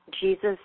Jesus